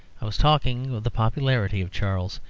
i was talking of the popularity of charles,